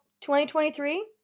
2023